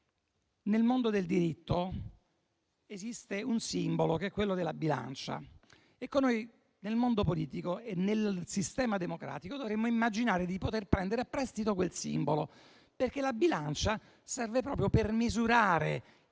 Nel mondo del diritto esiste un simbolo che è quello della bilancia. Nel mondo politico e nel sistema democratico dovremmo immaginare di poter prendere a prestito quel simbolo. La bilancia serve proprio per misurare i